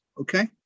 okay